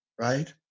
right